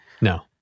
No